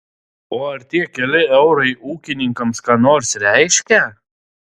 o ar tie keli eurai ūkininkams ką nors reiškia